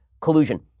collusion